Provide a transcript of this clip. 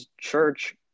church